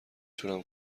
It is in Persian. تونم